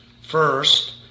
First